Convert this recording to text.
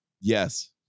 Yes